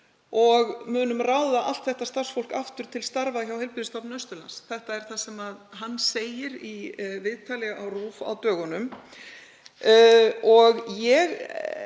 og munum ráða allt þetta starfsfólk aftur til starfa hjá Heilbrigðisstofnun Austurlands.“ Þetta er það sem hann sagði í viðtali á RÚV á dögunum. Ég tel,